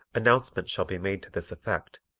announcement shall be made to this effect,